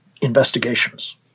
investigations